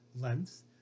length